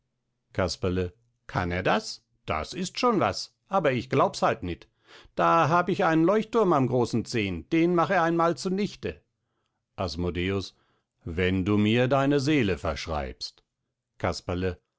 casperle kann er das das ist schon was aber ich glaubs halt nit da hab ich einen leuchtthurm am großen zehen den mach er einmal zunichte asmodeus wenn du mir deine seele verschreibst casperle